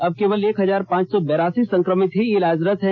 अब केवल एक हजार पांच सौ बैरासी संक्रमित ही इलाजरत हैं